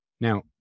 now